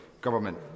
Government